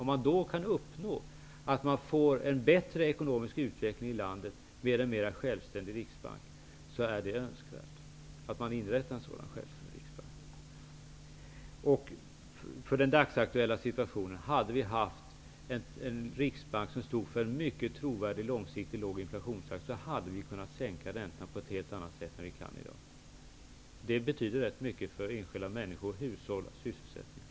Om man kan uppnå en bättre ekonomisk utveckling i landet med en mer självständig riksbank är det önskvärt att man inrättar en sådan. Om vi i dagens situation hade haft en riksbank som stod för en mycket trovärdig långsiktigt låg inflationstakt hade vi kunnat sänka räntan på ett helt annat sätt än vad vi kan i dag. Det betyder rätt mycket för enskilda människor, hushåll och sysselsättningen.